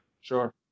Sure